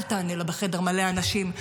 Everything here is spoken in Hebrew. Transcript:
אל תענה לה בחדר מלא אנשים,